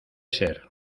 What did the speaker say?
ser